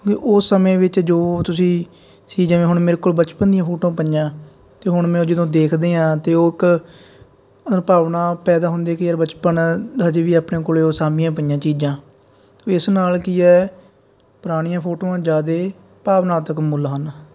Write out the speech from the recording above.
ਹੁਣ ਉਸ ਸਮੇਂ ਵਿੱਚ ਜੋ ਤੁਸੀਂ ਸੀ ਜਿਵੇਂ ਹੁਣ ਮੇਰੇ ਕੋਲ ਬਚਪਨ ਦੀਆਂ ਫੋਟੋਆਂ ਪਈਆਂ ਅਤੇ ਹੁਣ ਮੈਂ ਜਦੋਂ ਦੇਖਦੇ ਹਾਂ ਤਾਂ ਉਹ ਇੱਕ ਭਾਵਨਾ ਪੈਦਾ ਹੁੰਦੀ ਕਿ ਬਚਪਨ ਦਾ ਹਜੇ ਵੀ ਆਪਣੇ ਕੋਲ ਉਹ ਸਾਂਭੀਆਂ ਪਈਆਂ ਚੀਜ਼ਾਂ ਇਸ ਨਾਲ ਕੀ ਹੈ ਪੁਰਾਣੀਆਂ ਫੋਟੋਆਂ ਜ਼ਿਆਦਾ ਭਾਵਨਾਤਮਕ ਮੁੱਲ ਹਨ